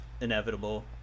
inevitable